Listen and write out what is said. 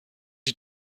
die